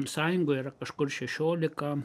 sąjungoje yra kažkur šešiolika